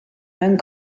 mewn